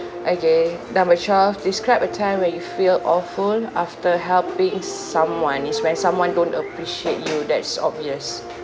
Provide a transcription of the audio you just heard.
okay number twelve describe a time where you feel awful after helping someone is when someone don't appreciate you that's obvious